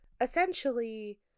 Essentially